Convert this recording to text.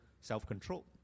self-control